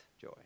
joy